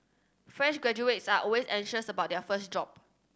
fresh graduates are always anxious about their first job